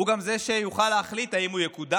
הוא גם שיוכל להחליט אם הוא יקודם,